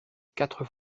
quatre